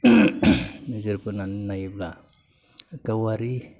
नोजोर बोनानै नायोब्ला गावारि